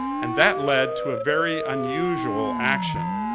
and that led to a very unusual action.